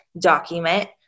document